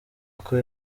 uko